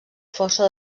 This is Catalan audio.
força